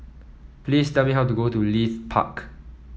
please tell me how to get to Leith Park